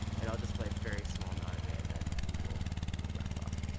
and i'll just play a very small amount of it, and then we'll we'll wrap up.